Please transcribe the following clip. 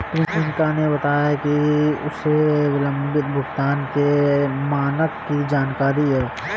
प्रियंका ने बताया कि उसे विलंबित भुगतान के मानक की जानकारी है